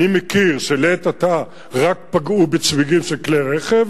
לעת עתה פגעו רק בצמיגים של כלי רכב.